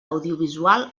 audiovisual